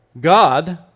God